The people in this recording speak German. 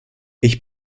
ich